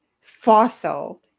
fossil